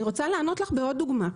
אני רוצה לענות לך בעוד דוגמה: